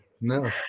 no